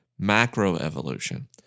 macroevolution